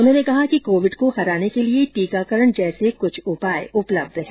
उन्होंने कहा कि कोविड को हराने के लिए टीकाकरण जैसे कुछ उपाय उपलब्ध है